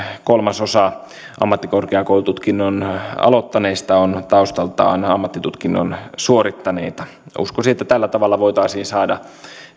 kolmasosa ammattikorkeakoulututkinnon aloittaneista on taustaltaan ammattitutkinnon suorittaneita uskoisin että tällä tavalla voitaisiin saada